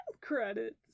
credits